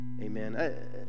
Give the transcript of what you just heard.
Amen